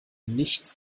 nichts